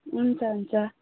हुन्छ हुन्छ